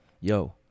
yo